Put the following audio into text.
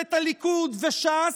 ממשלת הליכוד וש"ס,